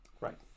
Right